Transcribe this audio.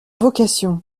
vocation